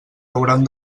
hauran